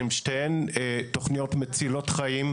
הן שתיהן תכניות מצילות חיים,